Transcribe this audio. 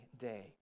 day